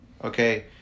Okay